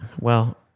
well-